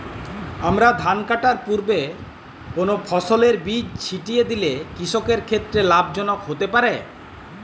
আমন ধান কাটার পূর্বে কোন ফসলের বীজ ছিটিয়ে দিলে কৃষকের ক্ষেত্রে লাভজনক হতে পারে?